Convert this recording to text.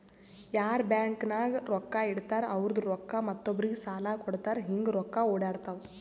ಯಾರ್ ಬ್ಯಾಂಕ್ ನಾಗ್ ರೊಕ್ಕಾ ಇಡ್ತಾರ ಅವ್ರದು ರೊಕ್ಕಾ ಮತ್ತೊಬ್ಬರಿಗ್ ಸಾಲ ಕೊಡ್ತಾರ್ ಹಿಂಗ್ ರೊಕ್ಕಾ ಒಡ್ಯಾಡ್ತಾವ